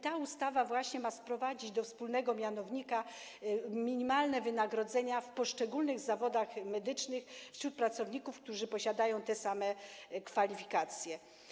Ta ustawa właśnie ma sprowadzić do wspólnego mianownika minimalne wynagrodzenia w poszczególnych zawodach medycznych, jeśli chodzi o pracowników, którzy posiadają te same kwalifikacje.